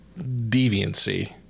deviancy